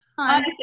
Hi